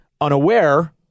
unaware